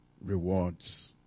rewards